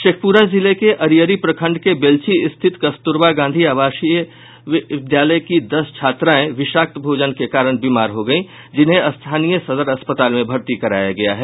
शेखपुरा जिले के अरियरी प्रखंड के बेलछी स्थित कस्तूरवा गांधी आवासीय विद्यालय की दस छात्राएं विषाक्त भोजन के कारण बीमार हो गयीं जिन्हें स्थानीय सदर अस्पताल में भर्ती कराया गया है